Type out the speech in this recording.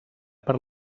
per